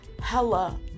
hella